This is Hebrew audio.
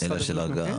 הזהירות.